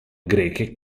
greche